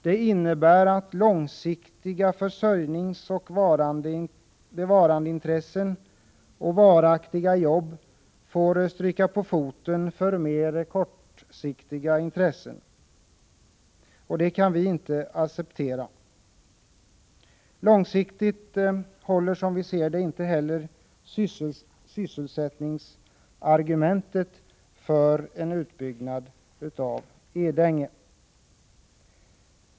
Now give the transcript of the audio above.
Det innebär att långsiktiga försörjningsoch bevarandeintressen samt varaktiga jobb får stryka på foten för mer kortsiktiga intressen. Det kan vi inte acceptera. Långsiktigt håller inte heller sysselsättningsargumentet för en utbyggnad av Edänge.